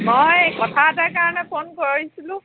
মই কথা এটাৰ কাৰণে ফোন কৰিছিলোঁ